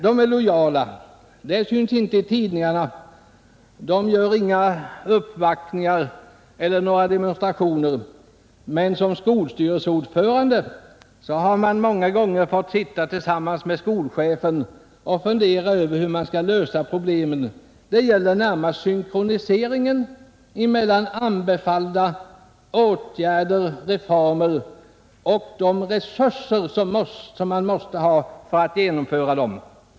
De är lojala, de syns inte i tidningarna, de gör inga uppvaktningar eller demonstrationer. Men som skolstyrelseordförande har jag många gånger fått sitta tillsammans med skolchefen och fundera över hur man skall lösa problemen. Det gäller närmast synkroniseringen mellan anbefallda åtgärder och reformer och de resurser man behöver för att genomföra dem.